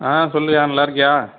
சொல்லுயா நல்லாயிருக்கியா